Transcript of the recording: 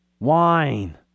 wine